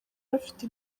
bafite